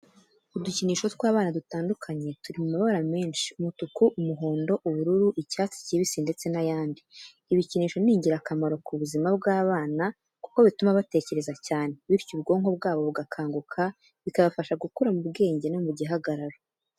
Udukinisho tw'abana dutandukanye turi mu mabara menshi, umutuku, umuhondo, ubururu, icyatsi kibisi ndetse n'ayandi. Ibikinisho ni ingirakamaro ku buzima bw'abana kuko bituma batekereza cyane bityo ubwonko bwabo bugakanguka, bikabafasha gukura mu bwenge no mu gihagararo.